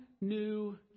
new